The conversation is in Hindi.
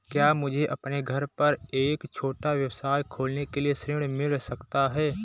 क्या मुझे अपने घर पर एक छोटा व्यवसाय खोलने के लिए ऋण मिल सकता है?